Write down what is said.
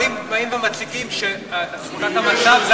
אבל אם באים ומציגים שתמונת המצב זה